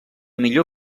millor